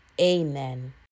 Amen